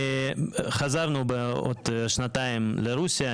חזרנו כעבור שנתיים לרוסיה,